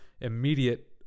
immediate